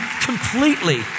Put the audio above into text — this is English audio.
completely